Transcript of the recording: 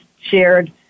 shared